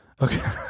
Okay